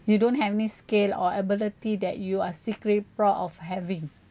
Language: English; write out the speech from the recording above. you don't have any skill or ability that you are secretly proud of having